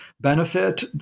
benefit